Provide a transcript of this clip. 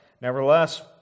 nevertheless